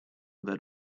that